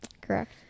Correct